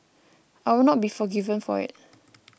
I would not be forgiven for it